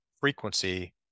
frequency